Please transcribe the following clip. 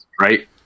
right